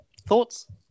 Thoughts